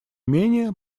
менее